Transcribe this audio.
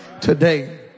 today